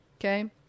okay